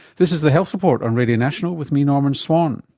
this is the health report on radio national with me, norman swan